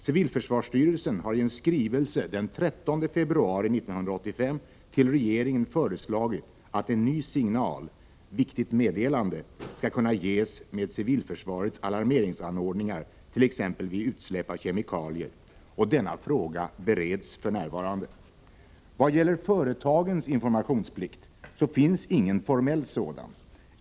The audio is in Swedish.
Civilförsvarsstyrelsen har i en skrivelse den 13 februari 1985 till regeringen föreslagit att en ny signal ”viktigt meddelande” skall kunna ges med civilförsvarets alarmeringsanordningar vid t.ex. utsläpp av kemikalier. Denna fråga bereds f.n. Vad gäller företagens informationsplikt finns det ingen formell sådan.